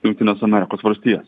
jungtines amerikos valstijas